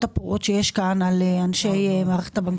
הפרועות שיש כאן על אנשי מערכת הבנקאות.